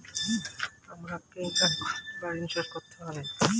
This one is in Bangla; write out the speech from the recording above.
আমাকে এখনো কত টাকা ঋণ শোধ করতে হবে?